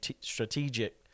strategic